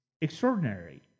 extraordinary